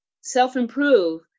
self-improve